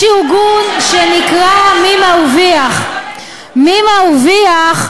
יש ארגון שנקרא "מי מרוויח"; "מי מרוויח"